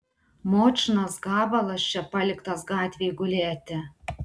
močnas gabalas čia paliktas gatvėj gulėti